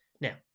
Now